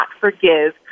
forgive